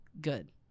Good